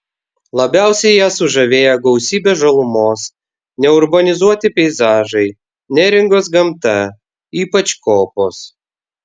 labiausiai ją sužavėjo gausybė žalumos neurbanizuoti peizažai neringos gamta ypač kopos